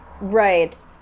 Right